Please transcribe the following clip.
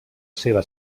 seva